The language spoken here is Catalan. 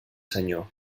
senyor